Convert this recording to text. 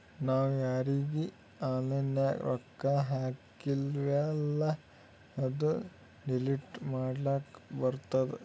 ನಾವ್ ಯಾರೀಗಿ ಆನ್ಲೈನ್ನಾಗ್ ರೊಕ್ಕಾ ಹಾಕ್ತಿವೆಲ್ಲಾ ಅದು ಡಿಲೀಟ್ ಮಾಡ್ಲಕ್ ಬರ್ತುದ್